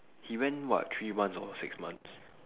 he went what three months or six months